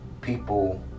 people